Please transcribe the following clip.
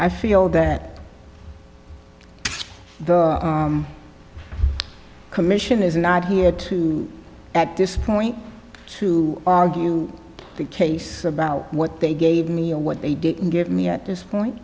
i feel that the commission is not here to at this point to argue the case about what they gave me or what they didn't give me at this